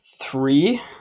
three